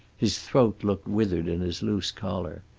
his throat looked withered in his loose collar.